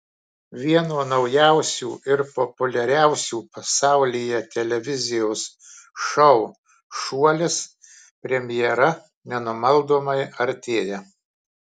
vieno naujausių ir populiariausių pasaulyje televizijos šou šuolis premjera nenumaldomai artėja